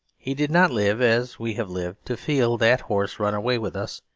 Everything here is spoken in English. he did not live, as we have lived, to feel that horse run away with us,